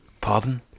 pardon